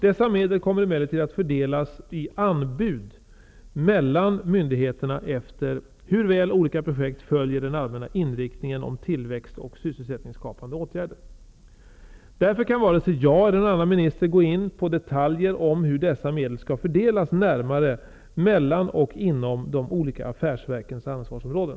Dessa medel kommer emellertid att fördelas i ''anbud'' mellan myndigheterna efter hur väl olika projekt följer den allmänna inriktningen om tillväxt och sysselsättningsskapande åtgärder. Därför kan vare sig jag eller någon annan minister gå in på detaljer om hur dessa medel skall fördelas närmare mellan och inom de olika affärsverkens ansvarsområden.